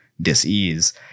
dis-ease